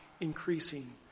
increasing